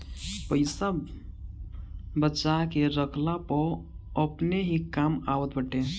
पईसा बचा के रखला पअ अपने ही काम आवत बाटे